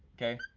okay,